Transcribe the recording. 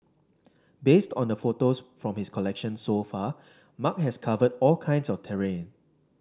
based on the photos from his collection so far Mark has covered all kinds of terrain